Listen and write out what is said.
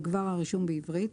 יגבר הרישום בעברית.